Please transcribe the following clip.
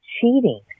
cheating